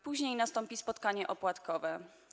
Później nastąpi spotkanie opłatkowe.